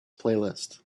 playlist